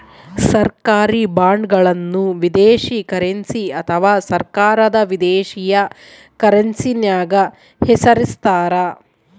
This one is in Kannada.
ಸರ್ಕಾರಿ ಬಾಂಡ್ಗಳನ್ನು ವಿದೇಶಿ ಕರೆನ್ಸಿ ಅಥವಾ ಸರ್ಕಾರದ ದೇಶೀಯ ಕರೆನ್ಸ್ಯಾಗ ಹೆಸರಿಸ್ತಾರ